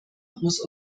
muss